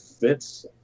fits